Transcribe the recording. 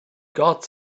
got